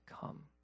come